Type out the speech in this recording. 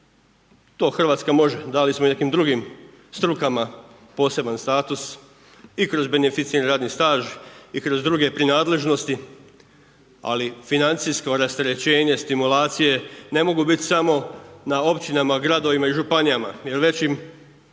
To Hrvatska može, dali smo i nekim drugim strukama poseban status i kroz beneficiran radni staž i kroz druge prinadležnosti, ali financijsko rasterećenje, stimulacije, ne mogu biti samo na općinama, gradovima i županijama. Jer već im na